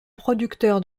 producteur